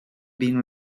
been